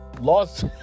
lost